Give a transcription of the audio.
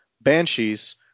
banshees